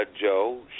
Joe